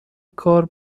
کار